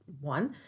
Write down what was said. one